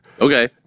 Okay